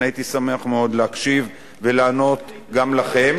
אני הייתי שמח מאוד להקשיב ולענות גם לכם,